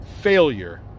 failure